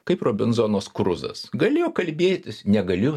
kaip robinzonas kruzas galėjo kalbėtis negaliu